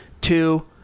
Two